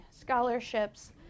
scholarships